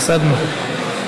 הפסדנו.